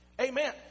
Amen